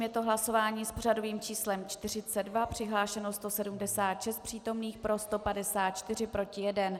Je to hlasování s pořadovým číslem 42, přihlášeno 176 přítomných, pro 154, proti 1.